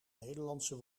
nederlandse